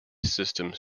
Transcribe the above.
systems